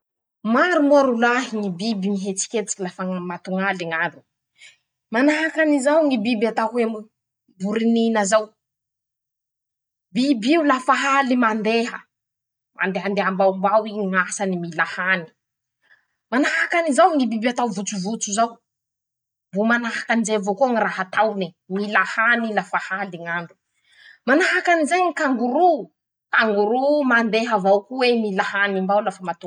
Maro moa rolahy ñy biby mihetsiketsiky lafa ñn matoñaly ñ'andro: Manahaky anizao ñy biby atao hoe mm voronina zao. biby io lafa haly mandeha. mandehandeha mbaombao i ñ'asany mila hany. manahaky anizao ñy biby atao votsovotso zao. mbo manahaky anizay avao koa ñy raha ataone. mila hany i lafa haly n'andro; manahaky anizay ñy kangoro. kangoro o mandeha avao ko'ey mila hany mbao lafa matoñaly.